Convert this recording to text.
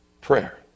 prayer